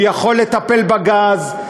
הוא יכול לטפל בגז,